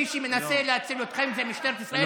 מי שמנסה להציל אתכם זה משטרת ישראל?